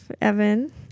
Evan